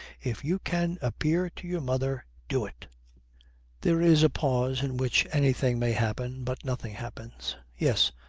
if you can appear to your mother, do it there is a pause in which anything may happen, but nothing happens. yes,